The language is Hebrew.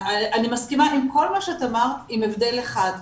אני מסכימה עם כל מה שאמרת, עם הבדל אחד.